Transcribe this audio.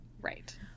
Right